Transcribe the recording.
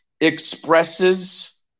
expresses